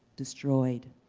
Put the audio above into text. destroyed,